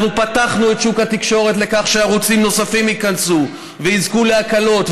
אנחנו פתחנו את שוק התקשורת לכך שערוצים נוספים ייכנסו ויזכו להקלות,